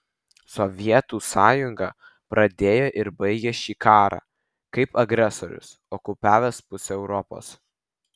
sovietų sąjunga pradėjo ir baigė šį karą kaip agresorius okupavęs pusę europos